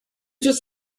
just